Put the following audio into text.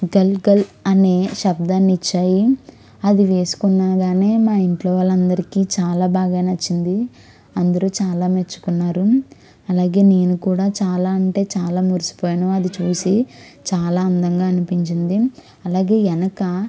గల్ గల్ అనే శబ్దాన్నిచ్చాయి అది వేసుకున్న గానే మా ఇంట్లో వాళ్ళందరికీ చాలా బాగా నచ్చింది అందరూ చాలా మెచ్చుకున్నారు అలాగే నేను కూడా చాలా అంటే చాలా మురిసిపోయాను అది చూసి చాలా అందంగా అనిపించింది అలాగే వెనుక